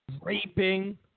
raping